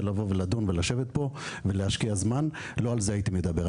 לבוא ולדון ולשבת פה ולהשקיע זמן לא על זה הייתי מדבר.